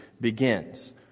begins